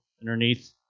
underneath